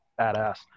badass